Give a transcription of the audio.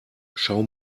schau